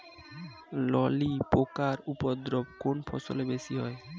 ললি পোকার উপদ্রব কোন ফসলে বেশি হয়?